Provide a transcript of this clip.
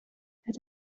het